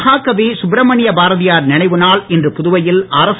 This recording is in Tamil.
மகாகவி சுப்ரமணிய பாரதியார் நினைவு நாள் இன்று புதுவையில் அரசு